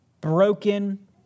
broken